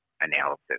analysis